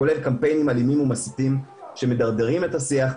כולל קמפיינים אלימים ומסיתים שמדרדרים את השיח,